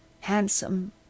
handsome